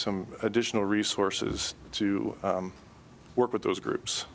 some additional resources to work with those groups